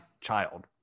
child